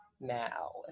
now